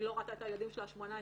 היא לא ראתה את הילדים שלה 18 שנה,